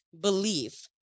believe